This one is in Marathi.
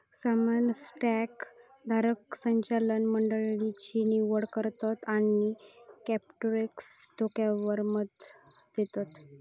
सामान्य स्टॉक धारक संचालक मंडळची निवड करतत आणि कॉर्पोरेट धोरणावर मत देतत